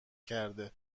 کرده